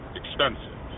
expensive